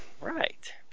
Right